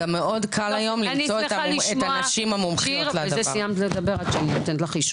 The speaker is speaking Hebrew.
אני רוצה להגיד תודה